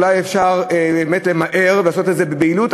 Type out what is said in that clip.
ואולי אפשר באמת למהר ולעשות את זה בבהילות,